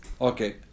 Okay